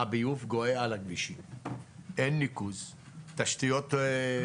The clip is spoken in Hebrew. הביוב גואה על הכבישים, אין ניקוז ואין תשתיות.